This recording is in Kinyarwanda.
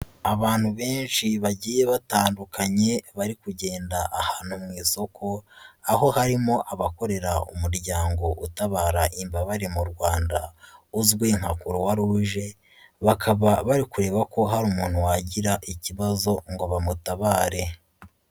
Abantu benshi bagiye batandukanye bari kugenda ahantu mu isoko, aho harimo abakorera umuryango utabara imbabare mu Rwanda uzwi nka Croix-Rouge, bakaba bari kureba ko hari umuntu wagira ikibazo ngo bamutabare.